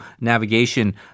navigation